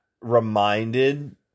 reminded